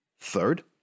Third